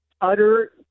utter